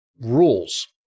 rules